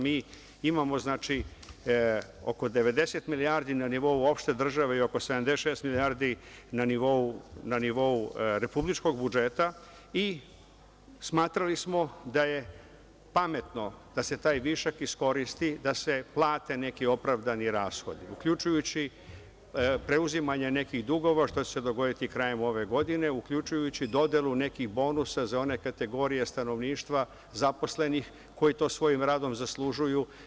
Mi imamo, znači, oko 90 milijardi na nivou države i oko 76 milijardi na nivou republičkog budžeta i smatrali smo da je pametno da se taj višak iskoristi da se plate neki opravdani rashodi, uključujući preuzimanje nekih dugova, što će se dogoditi krajem ove godine, uključujući dodelu nekih bonusa za one kategorije stanovništva zaposlenih koji to svojim radom zaslužuju.